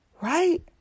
right